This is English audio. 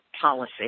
policy